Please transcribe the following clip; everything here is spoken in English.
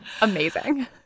amazing